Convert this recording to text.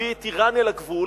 הביא את אירן אל הגבול,